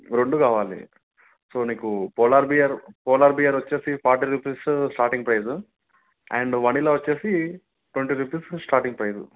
రెండు కావాలి సో నీకు పోలార్ బీరు పోలార్ బీరు వచ్చి forty rupees starting price and vanilla వచ్చి ట్వంటీ రూపీసు స్టార్టింగ్ ప్రైసు